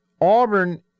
Auburn